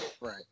right